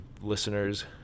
listeners